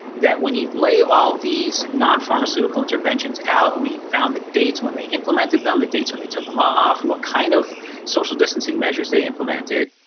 that when you lay all these non-pharmaceutical interventions out and we found the dates when they implemented them, the dates when they took them off, what kind of social distancing measures they implemented.